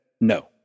No